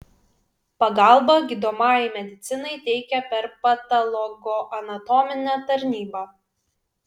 pagalbą gydomajai medicinai teikia per patologoanatominę tarnybą